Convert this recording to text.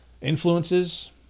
Influences